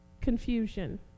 Confusion